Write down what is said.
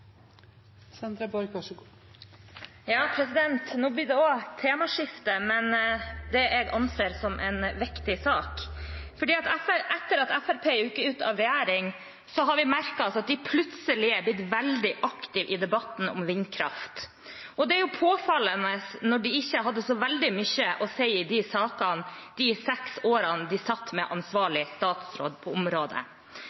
jeg anser som en viktig sak. For etter at Fremskrittspartiet gikk ut av regjering, har vi merket oss at de plutselig er blitt veldig aktive i debatten om vindkraft. Det er jo påfallende når de ikke hadde så veldig mye å si i de sakene de seks årene de satt med